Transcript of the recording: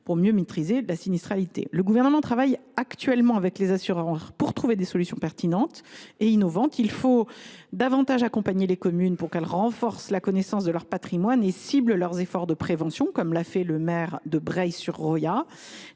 à mieux maîtriser la sinistralité. Le Gouvernement travaille actuellement avec les assureurs pour trouver des solutions pertinentes et innovantes. Il faut davantage accompagner les communes afin qu’elles renforcent la connaissance de leur patrimoine et ciblent leurs efforts de prévention, comme l’a fait le maire de Breil sur Roya.